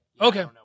Okay